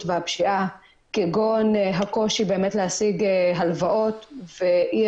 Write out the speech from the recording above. והפשיעה כגון הקושי להשיג הלוואות ואי